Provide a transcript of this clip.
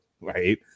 Right